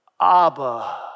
Abba